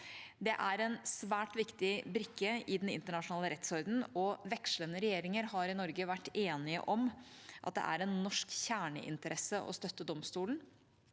Det er en svært viktig brikke i den internasjonale rettsordenen, og vekslende regjeringer i Norge har vært enige om at det er en norsk kjerneinteresse å støtte domstolen.